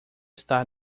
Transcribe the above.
estar